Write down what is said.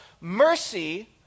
mercy